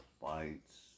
fights